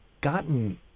gotten